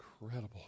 incredible